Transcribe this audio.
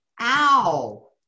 ow